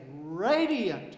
radiant